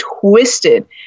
twisted